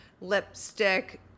lipstick